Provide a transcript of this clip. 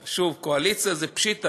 שוב, קואליציה זה פשיטא.